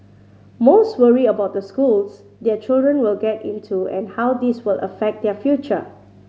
most worry about the schools their children will get into and how this will affect their future